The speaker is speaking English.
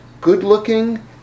good-looking